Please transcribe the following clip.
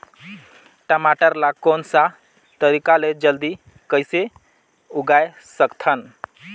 टमाटर ला कोन सा तरीका ले जल्दी कइसे उगाय सकथन?